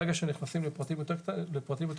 ברגע שנכנסים לפרטים יותר קטנים,